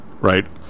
Right